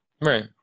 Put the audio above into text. Right